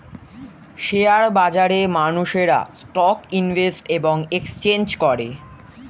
share বাজারে মানুষেরা stock invest এবং এক্সচেঞ্জ করে